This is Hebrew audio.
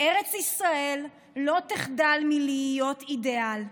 ארץ ישראל לא תחדל מלהיות אידיאל".